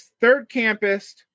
third-campus